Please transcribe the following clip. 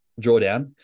drawdown